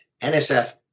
NSF